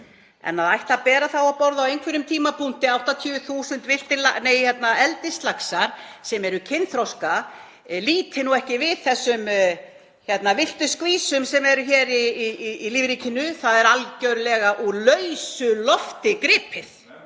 Að ætla að bera það á borð á einhverjum tímapunkti að 80.000 eldislaxar sem eru kynþroska líti nú ekki við þessum villtu skvísum sem eru hér í lífríkinu er algerlega úr lausu lofti gripið.